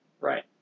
Right